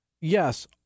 yes